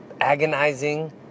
agonizing